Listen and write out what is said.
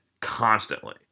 constantly